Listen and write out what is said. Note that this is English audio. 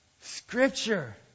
Scripture